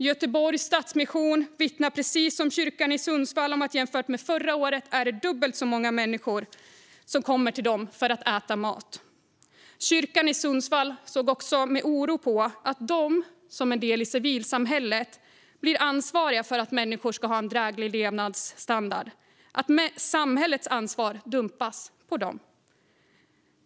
Göteborgs Stadsmission vittnar precis som kyrkan i Sundsvall om att det jämfört med förra året är dubbelt så många människor som kommer till dem för att äta mat. Kyrkan i Sundsvall såg också med oro på att de som en del av civilsamhället blir ansvariga för att människor har en dräglig levnadsstandard, att samhällets ansvar dumpas på dem.